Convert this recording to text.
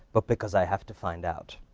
but because i have to find out.